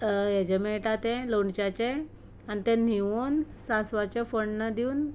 हेजें मेळटा तें लोणच्याचें आनी तें न्हिवोवन सांसवाचें फोण्ण दिवन